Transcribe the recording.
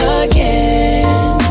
again